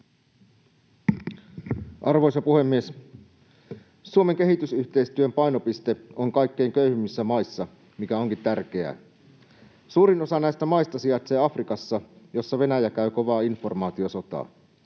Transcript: Arvoisa puhemies! Suomen kehitysyhteistyön painopiste on kaikkein köyhimmissä maissa, mikä onkin tärkeää. Suurin osa näistä maista sijaitsee Afrikassa, jossa Venäjä käy kovaa informaatiosotaa.